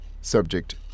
Subject